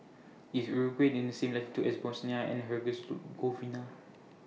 IS Uruguay in The same latitude as Bosnia and